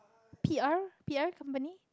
P_R P_R company